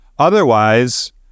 Otherwise